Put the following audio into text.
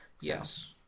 Yes